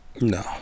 no